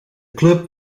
club